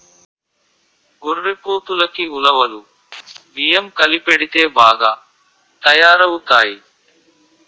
గొర్రెపోతులకి ఉలవలు బియ్యం కలిపెడితే బాగా తయారవుతాయి